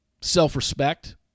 self-respect